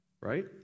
Right